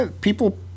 People